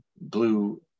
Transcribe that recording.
blue